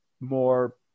more